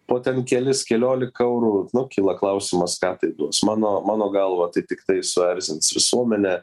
po kelis keliolika eurų nu kyla klausimas ką tai duos mano mano galva tai tiktai suerzins visuomenę